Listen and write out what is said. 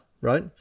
right